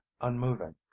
unmoving